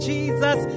Jesus